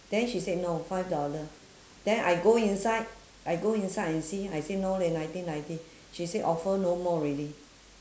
then she said no five dollar then I go inside I go inside and see I said no leh nineteen ninety she said offer no more already